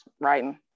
writing